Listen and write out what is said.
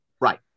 Right